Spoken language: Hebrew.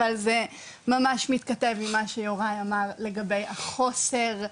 אבל זה ממש מתכתב עם מה שיוראי אמר לגבי החוסר,